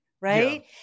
Right